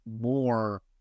more